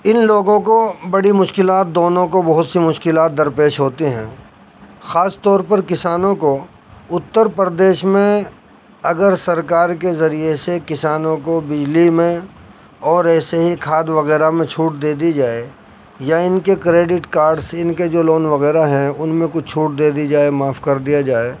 ان لوگوں کو بڑی مشکلات دونوں کو بہت سی مشکلات در پیش ہوتی ہیں خاص طور پر کسانوں کو اتر پردیس میں اگر سرکار کے ذریعے سے کسانوں کو بجلی میں اور ایسے ہی کھاد وغیرہ میں چھوٹ دے دی جائے یا ان کے کریڈٹ کارڈس ان کے جو لون وغیرہ ہیں ان میں کچھ چھوٹ دے دی جائے معاف کر دیا جائے